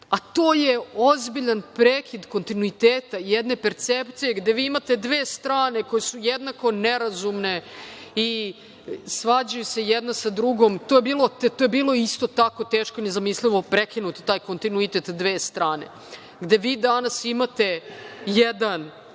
a to je ozbiljan prekid kontinuiteta jedne percepcije gde vi imate dve strane koje su jednako nerazumne i svađaju se jedna sa drugom. To je bilo isto tako teško i nezamislivo prekinuti taj kontinuitet dve strane, gde vi danas imate jedan